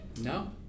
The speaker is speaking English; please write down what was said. No